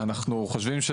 אנחנו חושבים,